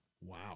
Wow